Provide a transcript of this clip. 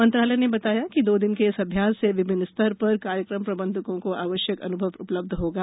मंत्रालय ने बताया कि दो दिन के इस अभ्यास से विभिन्न स्तर पर कार्यक्रम प्रबंधकों को आवश्यक अन्भव उपलब्ध होगा